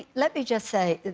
let me just say